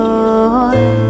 Lord